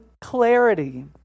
clarity